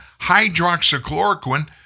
hydroxychloroquine